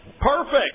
Perfect